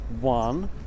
One